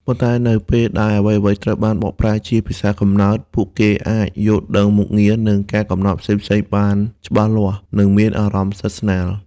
ប៉ុន្តែនៅពេលដែលអ្វីៗត្រូវបានបកប្រែជាភាសាកំណើត ពួកគេអាច យល់ដឹងមុខងារ និងការកំណត់ផ្សេងៗបានច្បាស់លាស់ និងមានអារម្មណ៍ស្និទ្ធស្នាល។